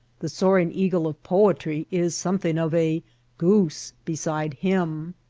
the soaring eagle of poetry is some thing of a goose beside him.